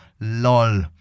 lol